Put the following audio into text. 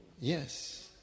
yes